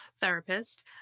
therapist